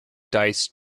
dice